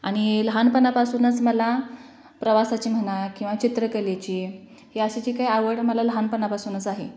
आणि लहानपणापासूनच मला प्रवासाची म्हणा किंवा चित्रकलेची ही अशी जी काय आवड मला लहानपणापासूनच आहे